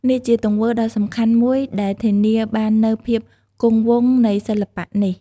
នេះជាទង្វើដ៏សំខាន់មួយដែលធានាបាននូវភាពគង់វង្សនៃសិល្បៈនេះ។